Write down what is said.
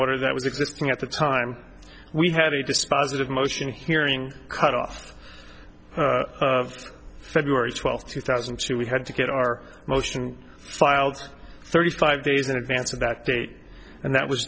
order that was existing at the time we had a dispositive motion hearing cut off february twelfth two thousand and two we had to get our motion filed thirty five days in advance of that date and that was